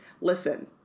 Listen